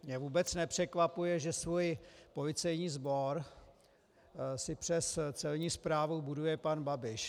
Mě vůbec nepřekvapuje, že svůj policejní sbor si přes celní správu buduje pan Babiš.